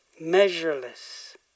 measureless